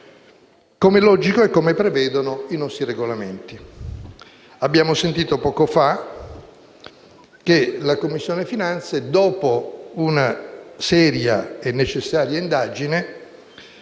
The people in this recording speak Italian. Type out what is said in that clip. comE è logico e come prevedono i nostri Regolamenti. Abbiamo sentito poco fa che la Commissione finanze, dopo una seria e necessaria indagine,